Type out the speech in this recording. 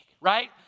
right